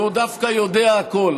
והוא דווקא יודע הכול.